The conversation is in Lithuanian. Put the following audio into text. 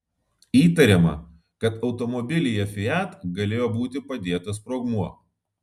įtariama kad automobilyje fiat galėjo būti padėtas sprogmuo